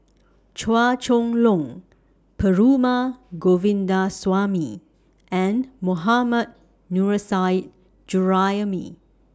Chua Chong Long Perumal Govindaswamy and Mohammad Nurrasyid Juraimi